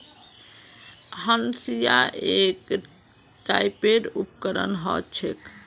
हंसिआ एक टाइपेर उपकरण ह छेक